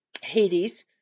Hades